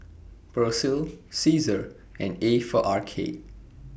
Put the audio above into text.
Persil Cesar and A For Arcade